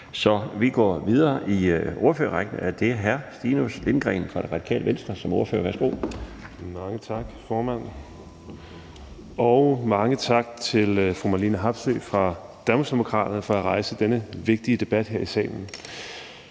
så vi går videre i ordførerrækken til hr. Stinus Lindgreen fra Radikale Venstre. Værsgo. Kl. 17:10 (Ordfører) Stinus Lindgreen (RV): Mange tak, formand, og mange tak til fru Marlene Harpsøe fra Danmarksdemokraterne for at rejse denne vigtige debat her i salen.